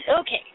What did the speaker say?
Okay